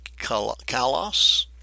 kalos